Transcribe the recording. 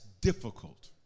difficult